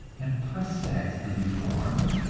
and pus sacs be formed,